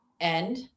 end